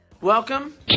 Welcome